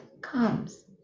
comes